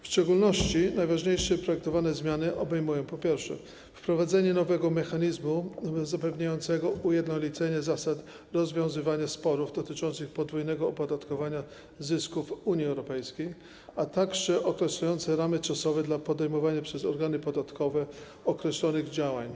W szczególności najważniejsze projektowane zmiany obejmują, po pierwsze, wprowadzenie nowego mechanizmu zapewniającego ujednolicenie zasad rozwiązywania sporów dotyczących podwójnego opodatkowania zysków w Unii Europejskiej, a także określonych ram czasowych dla podejmowania przez organy podatkowe określonych działań.